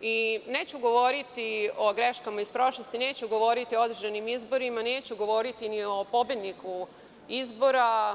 i neću govoriti o greškama iz prošlosti, o održanim izborima, ni o pobedniku izbora.